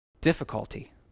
difficulty